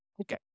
Okay